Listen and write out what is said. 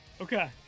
Okay